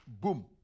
boom